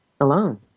alone